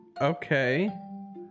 Okay